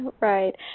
Right